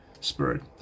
spirit